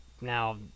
now